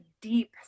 deep